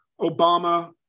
Obama